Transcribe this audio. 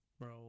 Bro